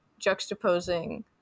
juxtaposing